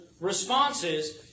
responses